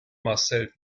marcel